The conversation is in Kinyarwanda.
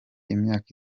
imyaka